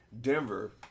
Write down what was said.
Denver